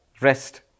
rest